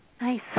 Nice